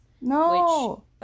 no